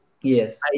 Yes